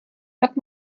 hat